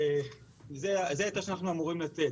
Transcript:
וזה ההיתר שאנחנו אמורים לתת.